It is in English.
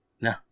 No